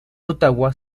ottawa